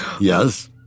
Yes